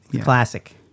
Classic